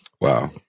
Wow